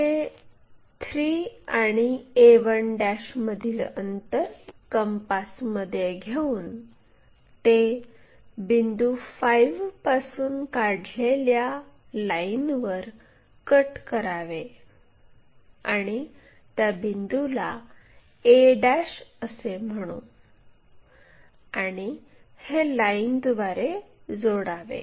तर हे 3 आणि a1 मधील अंतर कंपास मध्ये घेऊन ते बिंदू 5 पासून काढलेल्या लाईनवर कट करावे आणि त्या बिंदूला a असे म्हणू आणि हे लाईनद्वारे जोडावे